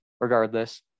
regardless